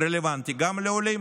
רלוונטי גם לעולים,